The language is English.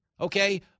okay